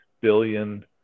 billion